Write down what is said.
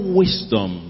wisdom